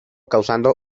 causando